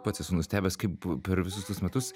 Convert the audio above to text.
pats esu nustebęs kaip per visus tuos metus